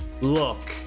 Look